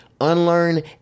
unlearn